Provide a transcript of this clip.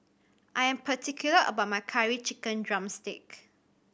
I am particular about my Curry Chicken drumstick